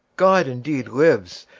god indeed lives!